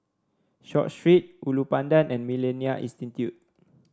Short Street Ulu Pandan and MillenniA Institute